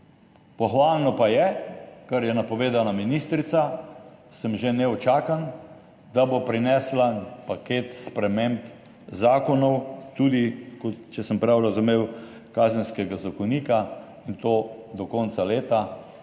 Pohvalno pa je, kar je napovedala ministrica, sem že neučakan – da bo prinesla paket sprememb zakonov, tudi, če sem prav razumel, Kazenskega zakonika, in to do konca leta.